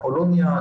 אפולוניה,